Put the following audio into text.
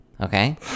Okay